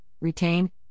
retain